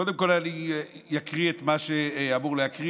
קודם כול אני אקריא את מה שאני אמור להקריא.